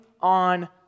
on